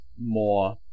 more